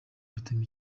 rutema